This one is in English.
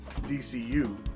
DCU